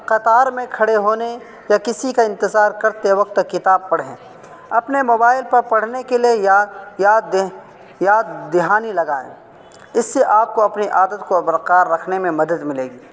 قطار میں کھڑے ہونے یا کسی کا انتظار کرتے وقت کتاب پڑھیں اپنے موبائل پر پڑھنے کے لیے یا یاد یاد دہانی لگائیں اس سے آپ کو اپنی عادت کو برقرار رکھنے میں مدد ملے گی